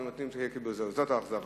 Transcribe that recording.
זאת האכזבה.